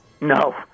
No